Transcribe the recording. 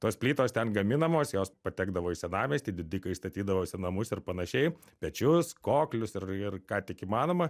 tos plytos ten gaminamos jos patekdavo į senamiestį didikai statydavosi namus ir panašiai pečius koklius ir ir ką tik įmanoma